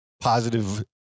positive